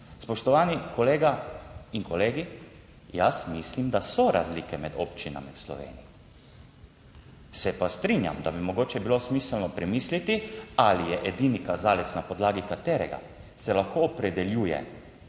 Spoštovani kolega in kolegi, jaz mislim, da so razlike med občinami v Sloveniji. Se pa strinjam, da bi mogoče bilo smiselno premisliti ali je edini kazalec, na podlagi katerega se lahko opredeljuje